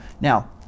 Now